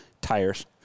tires